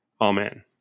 Amen